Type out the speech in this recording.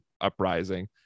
uprising